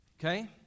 Okay